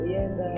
Yes